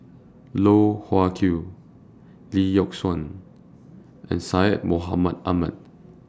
Loh Wai Kiew Lee Yock Suan and Syed Mohamed Ahmed